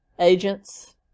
agents